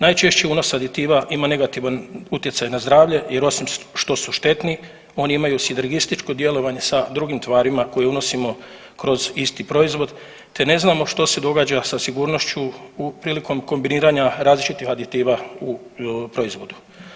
Najčešći unos aditiva ima negativan utjecaj na zdravlje jer osim što su štetni oni imaju sidregističko djelovanje sa drugim tvarima koje unosimo kroz isti proizvod te ne znamo što se događa sa sigurnošću prilikom kombiniranja različitih aditiva u proizvodu.